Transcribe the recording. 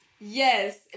Yes